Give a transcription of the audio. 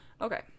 Okay